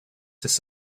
this